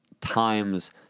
times